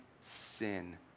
sin